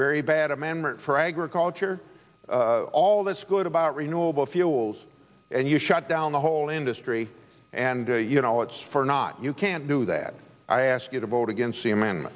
very bad amendment for agriculture all that's good about renewable fuels and you shut down the whole industry and you know it's for not you can't do that i ask you to vote against the amen